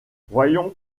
voyons